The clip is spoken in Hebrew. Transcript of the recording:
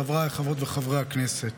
חבריי חברות וחברי הכנסת,